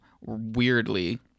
weirdly